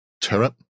turret